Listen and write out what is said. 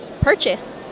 purchase